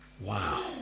Wow